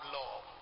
love